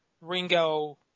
Ringo –